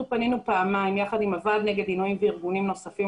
אנחנו פנינו למשטרה פעמיים יחד עם הוועד נגד עינויים וארגונים נוספים